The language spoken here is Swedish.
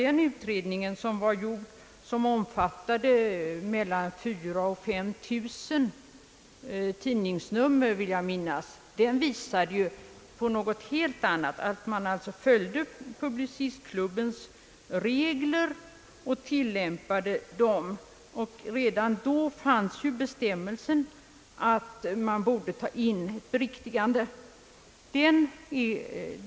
Denna utredning — som efter vad jag vill minnas omfattade mellan 4000 och 5 000 tidningsnummer — pekade på någonting helt annat, nämligen att man tilllämpade Publicistklubbens regler. Redan då fanns bestämmelsen, att tidningarna borde ta in beriktiganden.